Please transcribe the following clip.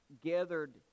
gathered